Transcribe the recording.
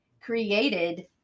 created